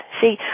See